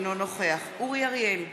אינו נוכח אורי אריאל,